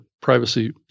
privacy